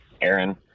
Aaron